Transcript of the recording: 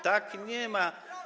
Tak nie ma.